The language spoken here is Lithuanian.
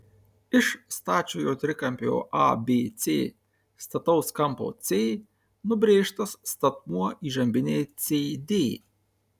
iš stačiojo trikampio abc stataus kampo c nubrėžtas statmuo įžambinei cd